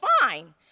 fine